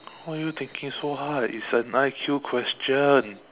why are you thinking so hard it's an I_Q question